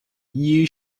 you